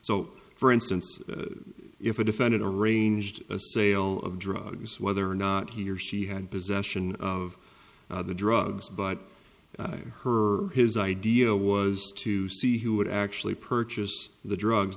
so for instance if a defendant arranged a sale of drugs whether or not he or she had possession of the drugs but her his idea was to see who would actually purchase the drugs